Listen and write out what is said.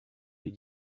les